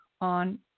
on